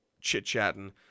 chit-chatting